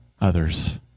others